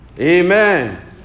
Amen